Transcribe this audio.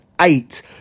eight